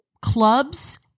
clubs